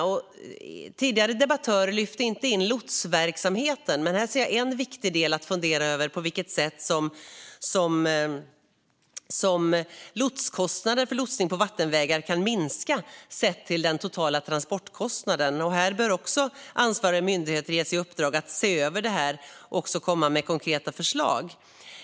Den tidigare debattören lyfte inte in lotsverksamheten. Men här ser jag en viktig del att fundera över, på vilket sätt kostnader för lotsning på vattenvägar kan minska sett till den totala transportkostnaden. Ansvariga myndigheter bör ges i uppdrag att se över detta och också komma med konkreta förslag.